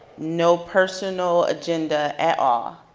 no personal agenda at all,